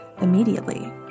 immediately